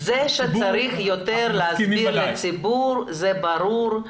זה שצריך להסביר יותר לציבור, זה ברור.